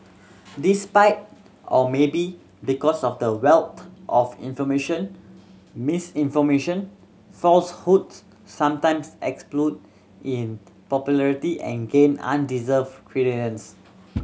despite or maybe because of the wealth of information misinformation falsehoods sometimes explode in popularity and gain credence